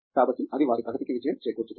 కాబట్టి అది వారి ప్రగతికి విజయం చేకూర్చుతుంది